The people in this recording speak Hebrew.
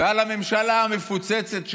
ובממשלה המפוצצת שלו,